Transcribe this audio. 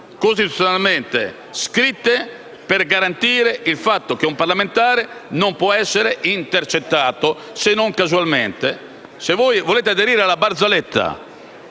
costituzionalmente scritte per garantire che un parlamentare non possa essere intercettato, se non casualmente. Se voi volete aderire alla barzelletta